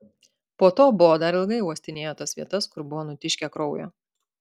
po to bo dar ilgai uostinėjo tas vietas kur buvo nutiškę kraujo